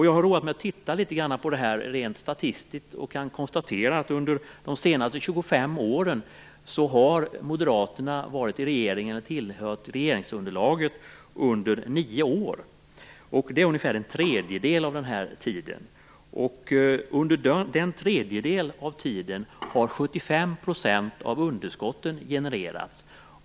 Jag har roat mig med att titta litet grand rent statistiskt på det här, och jag kan konstatera att under de senaste 25 åren har Moderaterna varit i regeringen eller tillhört regeringsunderlaget under nio år. Det är ungefär en tredjedel av tiden. Under denna tredjedel av tiden har 75 % av underskottet genererats.